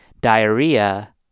diarrhea